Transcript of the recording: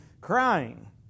crying